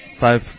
five